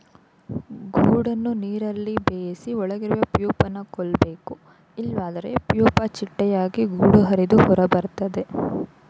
ಗೂಡನ್ನು ನೀರಲ್ಲಿ ಬೇಯಿಸಿ ಒಳಗಿರುವ ಪ್ಯೂಪನ ಕೊಲ್ಬೇಕು ಇಲ್ವಾದ್ರೆ ಪ್ಯೂಪ ಚಿಟ್ಟೆಯಾಗಿ ಗೂಡು ಹರಿದು ಹೊರಬರ್ತದೆ